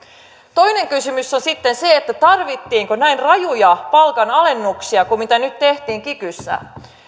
toinen kysymys on sitten tarvittiinko näin rajuja palkanalennuksia kuin mitä nyt tehtiin kikyssä